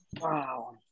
Wow